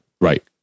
Right